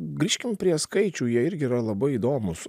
grįžkim prie skaičių jie irgi yra labai įdomūs